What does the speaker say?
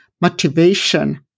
motivation